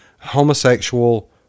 homosexual